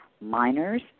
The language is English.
Miners